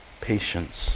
patience